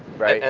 right. and